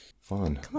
fun